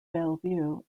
bellevue